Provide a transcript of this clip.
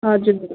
हजुर